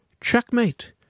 Checkmate